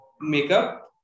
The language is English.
makeup